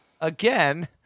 Again